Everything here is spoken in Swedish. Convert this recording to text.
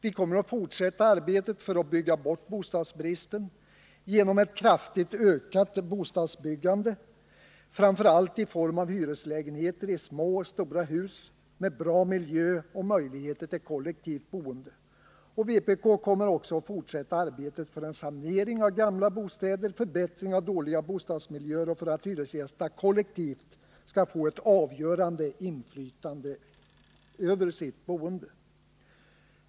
Vi kommer att fortsätta arbetet för att bygga bort bostadsbristen genom ett kraftigt ökat bostadsbyggande — framför allt i form av hyreslägenheter i små och stora hus med bra miljö och möjligheter till kollektivt boende. Vpk kommer också att fortsätta arbetet för en sanering av gamla bostäder, förbättring av dåliga bostadsmiljöer och för att hyresgästerna kollektivt skall få ett avgörande inflytande över sitt boende.